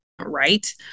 right